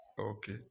okay